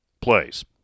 plays